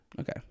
Okay